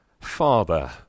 Father